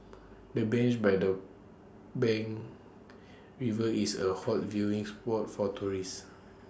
the bench by the bank of river is A hot viewing spot for tourists